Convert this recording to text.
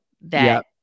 that-